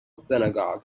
synagogue